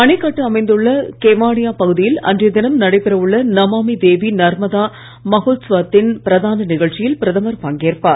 அணைக் கட்டு அமைந்துள்ள கெவாடியா பகுதியில் அன்றைய தினம் நடைபெற உள்ள நமாமி தேவி நர்மதா மகோத்சவத்தின் பிரதான நிகழ்ச்சியில் பிரதமர் பங்கேற்பார்